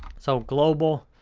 so, global,